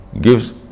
gives